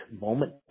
moment